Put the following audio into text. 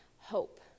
hope